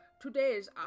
Today's